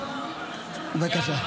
בבקשה.